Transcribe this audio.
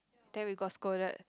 then we got scolded